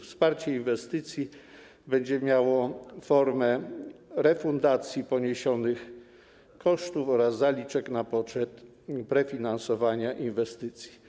Wsparcie inwestycji będzie miało formę refundacji poniesionych kosztów oraz zaliczek na poczet prefinansowania inwestycji.